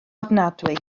ofnadwy